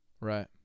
Right